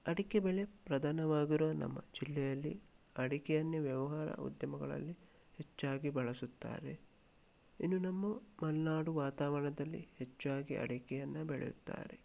ಅಡಿಕೆ ಬೆಳೆ ಪ್ರಧಾನವಾಗಿರುವ ನಮ್ಮ ಜಿಲ್ಲೆಯಲ್ಲಿ ಅಡಿಕೆಯನ್ನೇ ವ್ಯವಹಾರ ಉದ್ಯಮಗಳಲ್ಲಿ ಹೆಚ್ಚಾಗಿ ಬಳಸುತ್ತಾರೆ ಇನ್ನು ನಮ್ಮ ಮಲೆನಾಡು ವಾತಾವರಣದಲ್ಲಿ ಹೆಚ್ಚಾಗಿ ಅಡಿಕೆಯನ್ನು ಬೆಳೆಯುತ್ತಾರೆ